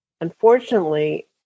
Unfortunately